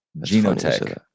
Genotech